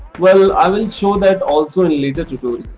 well i will show that also in later tutorials.